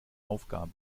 aufgabe